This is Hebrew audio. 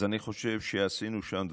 אז אני חושב שעשינו שם דברים,